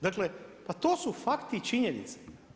Dakle, pa to su fakti i činjenice.